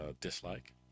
dislike